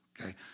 Okay